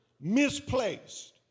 misplaced